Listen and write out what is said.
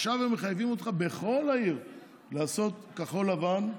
עכשיו הם מחייבים אותך בכל העיר לעשות כחול לבן,